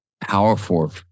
powerful